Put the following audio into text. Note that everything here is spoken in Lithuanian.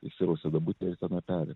išsirausia duobutę ir tenai peri